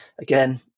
again